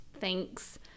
Thanks